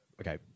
okay